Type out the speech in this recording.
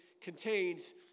contains